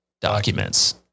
documents